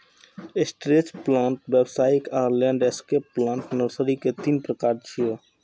stretch plant, व्यावसायिक आ landscape plant nursery के तीन प्रकार छियै